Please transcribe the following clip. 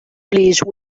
please